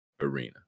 arena